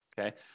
okay